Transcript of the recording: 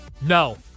No